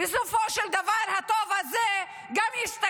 בסופו של דבר הטוב הזה ישתקף